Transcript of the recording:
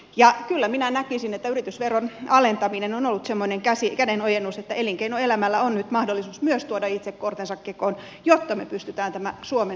ja kyllä minä näkisin että yritysveron alentaminen on ollut semmoinen kädenojennus että elinkeinoelämällä on nyt mahdollisuus tuoda myös itse kortensa kekoon jotta me pystymme tämän suomen suunnan kääntämään